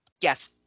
Yes